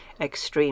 extreme